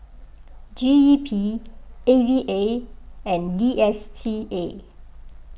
G E P A V A and D S T A